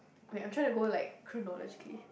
when I am tried to go like who know actually